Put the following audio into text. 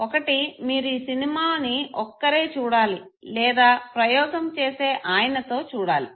ఒకటి మీరు ఈ సినిమా ని ఒక్కరే చూడాలి లేదా ప్రయోగం చేసే ఆయనతో చూడాలి